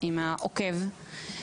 עם העוקב.